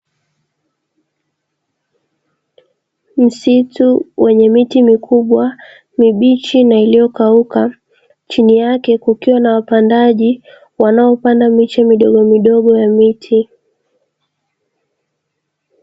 Msitu wenye miti mikubwa mibichi na iliyokauka, chini yake kukiwa na wapandaji wanaopanda miche midogomidogo ya miti.